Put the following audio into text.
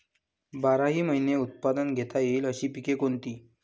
बाराही महिने उत्पादन घेता येईल अशी पिके कोणती?